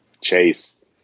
Chase